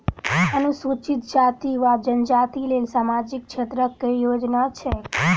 अनुसूचित जाति वा जनजाति लेल सामाजिक क्षेत्रक केँ योजना छैक?